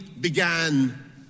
began